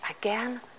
again